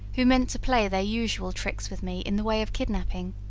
who meant to play their usual tricks with me in the way of kidnapping.